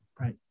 right